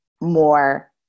more